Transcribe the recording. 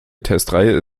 testreihe